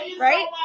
right